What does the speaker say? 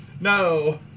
No